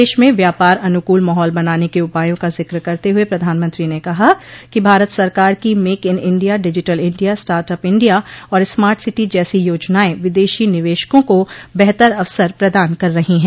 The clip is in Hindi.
देश में व्यापार अनुकूल माहौल बनाने के उपायों का जिक्र करते हुए प्रधानमंत्री ने कहा कि भारत सरकार की make in India digital India start up India और स्मार्ट सिटी जैसी योजनाएं विदेशी निवेशकों को बेहतर अवसर प्रदान कर रही है